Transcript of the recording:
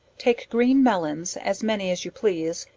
take green melons, as many as you please,